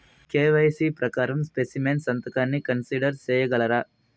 KYC ప్రకారం specimen సంతకాన్ని consider సేయగలరా?